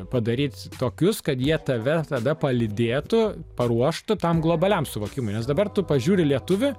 padaryt tokius kad jie tave tada palydėtų paruoštų tam globaliam suvokimui nes dabar tu pažiūri lietuvį